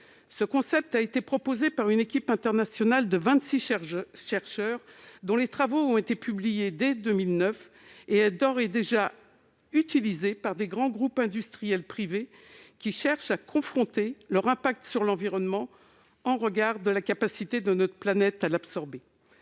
Ce concept a été proposé par une équipe internationale de vingt-six chercheurs, dont les travaux ont été publiés dès 2009. Il a d'ores et déjà été utilisé par de grands groupes industriels privés qui cherchent à confronter leur impact environnemental avec la capacité de notre planète à l'absorber.